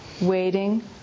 waiting